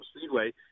Speedway